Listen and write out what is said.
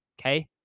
okay